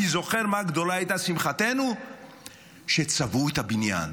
אני זוכר מה גדולה הייתה שמחתנו כשצבעו את הבניין,